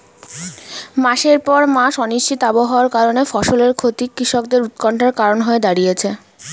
মাসের পর মাস অনিশ্চিত আবহাওয়ার কারণে ফসলের ক্ষতি কৃষকদের উৎকন্ঠার কারণ হয়ে দাঁড়িয়েছে